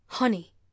Honey